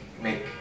Make